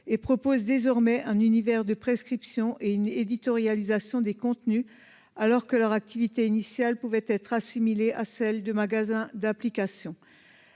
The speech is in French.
et propose désormais un univers de prescription et une éditorialiste façon des contenus alors que leur activité initiale pouvait être assimilée à celle de magasins d'applications,